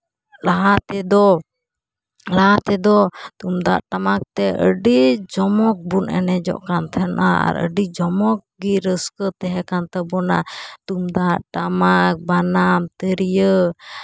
ᱞᱟᱦᱟ ᱛᱮᱫᱚ ᱞᱟᱦᱟ ᱛᱮᱫᱚ ᱛᱩᱢᱫᱟᱜ ᱴᱟᱢᱟᱠ ᱛᱮ ᱟᱹᱰᱤ ᱡᱚᱢᱚᱠ ᱵᱚᱱ ᱵᱚᱱ ᱮᱱᱚᱡᱚᱜ ᱠᱟᱱ ᱛᱟᱦᱮᱱᱟ ᱟᱨ ᱟᱹᱰᱤ ᱡᱚᱢᱚᱠ ᱜᱮ ᱨᱟᱹᱥᱠᱟᱹ ᱛᱟᱦᱮᱸ ᱠᱟᱱ ᱛᱟᱵᱚᱱᱟ ᱛᱩᱢᱫᱟᱜ ᱴᱟᱢᱟᱠ ᱵᱟᱱᱟᱢ ᱛᱤᱨᱭᱳ